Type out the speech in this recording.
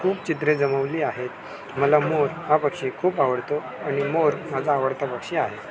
खूप चित्रे जमवली आहेत मला मोर हा पक्षी खूप आवडतो आणि मोर माझा आवडता पक्षी आहे